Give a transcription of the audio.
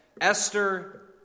Esther